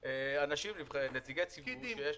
נציגי ציבור.